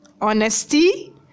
honesty